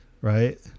right